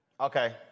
Okay